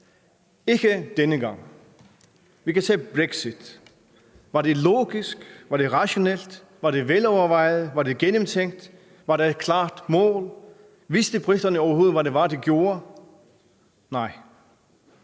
Ikke denne gang. Vi kan tage Brexit. Var det logisk? Var det rationelt? Var det velovervejet? Var det gennemtænkt? Var der et klart mål? Vidste briterne overhovedet, hvad det var, de gjorde? Nej.